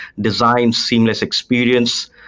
design seamless experience,